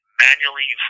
manually